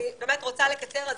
אני באמת רוצה לקצר,